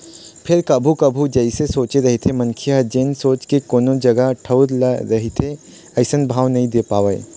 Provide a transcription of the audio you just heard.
फेर कभू कभू जइसे सोचे रहिथे मनखे ह जेन सोच के कोनो जगा ठउर ल ले रहिथे अइसन भाव नइ दे पावय